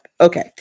Okay